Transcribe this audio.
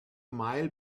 mile